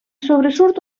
sobresurt